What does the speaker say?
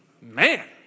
man